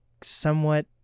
somewhat